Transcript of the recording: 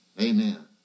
Amen